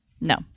No